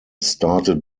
started